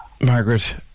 Margaret